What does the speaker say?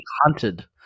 hunted